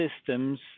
systems